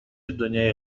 دنیای